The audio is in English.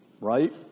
right